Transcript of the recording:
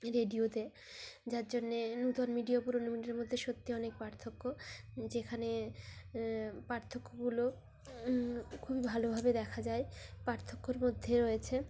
রেডিওতে যার জন্যে নতুন মিডিয়া ও পুরনো মিডিয়ার মধ্যে সত্যি অনেক পার্থক্য যেখানে পার্থক্যগুলো খুবই ভালোভাবে দেখা যায় পার্থক্যর মধ্যে রয়েছে